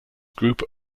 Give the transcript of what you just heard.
group